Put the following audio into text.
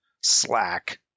slack